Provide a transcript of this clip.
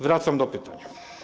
Wracam do pytań.